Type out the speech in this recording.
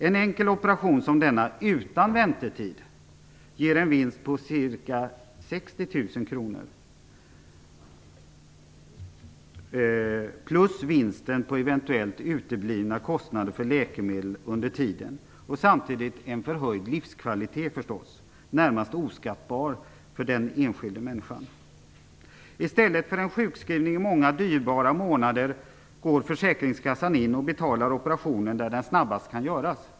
En enkel operation som denna, utan väntetid, ger en vinst på ca 60 000 kr plus vinsten på eventuellt uteblivna kostnader för läkemedel under tiden och samtidigt en förhöjd livskvalitet, som är närmast oskattbar, för den enskilda människan. I stället för en sjukskrivning i många dyrbara månader går försäkringskassan in och betalar operationen där den snabbast kan göras.